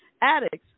Addicts